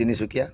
Tinsukia